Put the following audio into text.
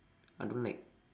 I don't like